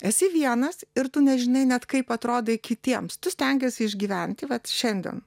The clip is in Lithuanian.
esi vienas ir tu nežinai net kaip atrodai kitiems tu stengiesi išgyventi vat šiandien